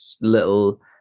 little